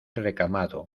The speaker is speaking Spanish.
recamado